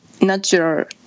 natural